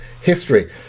history